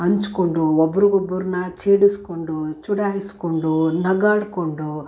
ಹಂಚ್ಕೊಂಡು ಒಬ್ಬರೊಬ್ಬರನ್ನ ಛೇಡಿಸಿಕೊಂಡು ಚುಡಾಯಿಸಿಕೊಂಡು ನಗಾಡಿಕೊಂಡು